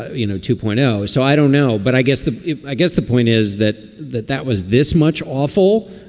you know, two point zero. so i don't know. but i guess the i guess the point is that that that was this much awful,